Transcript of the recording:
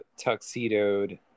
tuxedoed